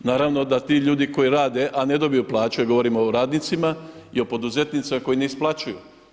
Naravno da ti ljudi koji rade, a ne dobiju plaće, govorim o radnicima i o poduzetnicima koji ne isplaćuju.